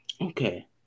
okay